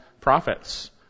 prophets